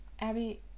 Abby